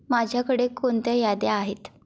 माझ्याकडे कोणत्या याद्या आहेत